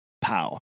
pow